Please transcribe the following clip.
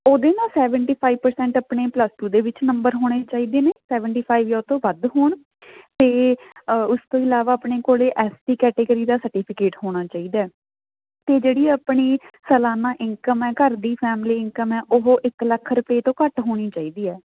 ਉਹਦੇ ਨਾ seventy five percent ਆਪਣੇ ਪਲਸ ਟੂ ਦੇ ਵਿੱਚ ਨੰਬਰ ਹੋਣੇ ਚਾਹੀਦੇ ਨੇ ਸੈਵਨਟੀ ਫਾਈਵ ਜਾਂ ਉਹ ਤੋਂ ਵੱਧ ਹੋਣ ਅਤੇ ਉਸ ਤੋਂ ਇਲਾਵਾ ਆਪਣੇ ਕੋਲ ਐਸੀ ਕੈਟੇਗਰੀ ਦਾ ਸਰਟੀਫਿਕੇਟ ਹੋਣਾ ਚਾਹੀਦਾ ਅਤੇ ਜਿਹੜੀ ਆਪਣੀ ਸਲਾਨਾ ਇਨਕਮ ਹੈ ਘਰ ਦੀ ਫੈਮਿਲੀ ਇਨਕਮ ਹੈ ਉਹ ਇਕ ਲੱਖ ਰੁਪਏ ਤੋਂ ਘੱਟ ਹੋਣੀ ਚਾਹੀਦੀ ਹੈ